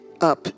up